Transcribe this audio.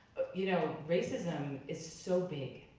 you know racism is so big,